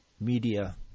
media –